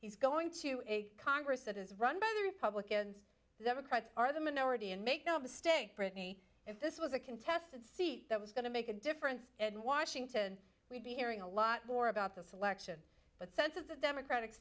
he's going to a congress that is run by the republicans democrats are the minority and make no mistake britney if this was a contested see that was going to make a difference and washington we'd be hearing a lot more about the selection but sense of the democratic